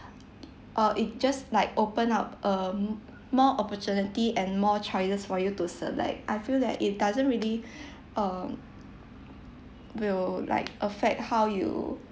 uh it just like open up um more opportunity and more choices for you to select I feel that it doesn’t really um will like affect how you